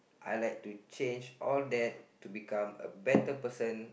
I like to change all that to become a better person